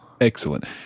Excellent